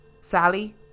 Sally